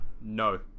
No